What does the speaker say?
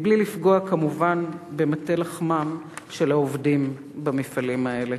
בלי לפגוע כמובן במטה לחמם של העובדים במפעלים האלה?